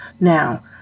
Now